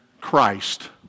Christ